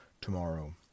tomorrow